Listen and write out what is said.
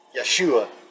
Yeshua